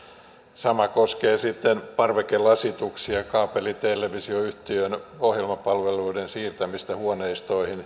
sama koskee parvekelasituksia kaapelitelevisioyhtiön ohjelmapalveluiden siirtämistä huoneistoihin